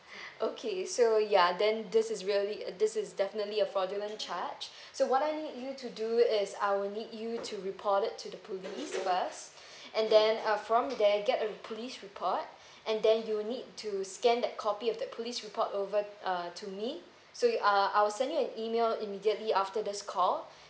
okay so ya then this is really uh this is definitely a fraudulent charge so what I need you to do is I will need you to reported to the police first and then uh from there get a police report and then you'll need to scan that copy of the police report over uh to me so you uh I'll send you an email immediately after this call